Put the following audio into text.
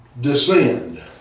descend